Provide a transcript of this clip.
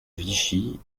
vichy